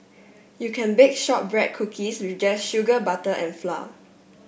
you can bake shortbread cookies just sugar butter and flour